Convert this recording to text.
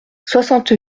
soixante